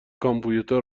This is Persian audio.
کامپیوتر